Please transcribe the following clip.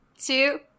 two